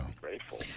grateful